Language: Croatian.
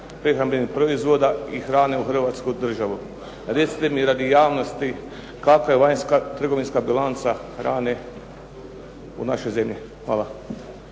prehrambenih proizvoda i hrane u Hrvatsku državu. Recite mi radi javnosti, kakva je vanjska trgovinska bilanca hrane u našoj zemlji? Hvala.